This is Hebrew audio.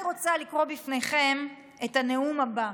לכן, אני רוצה לקרוא בפניכם את הנאום הבא: